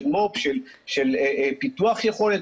של פיתוח יכולת.